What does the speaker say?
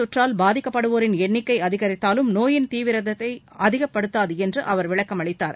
தொற்றால் பாதிக்கப்படுவோரின் எண்ணிக்கை அதிகரித்தாலும் நோயின் தீவிரத்தை நோய் அதிகப்படுத்தாது என்று அவர் விளக்கமளித்தார்